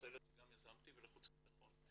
הילד שגם יזמתי ולוועדת חוץ ובטחון,